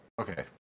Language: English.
okay